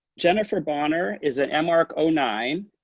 jennifer bonner is an march ah nine,